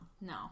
No